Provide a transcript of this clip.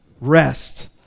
Rest